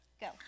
Go